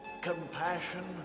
compassion